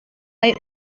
hay